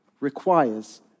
requires